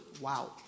Wow